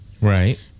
Right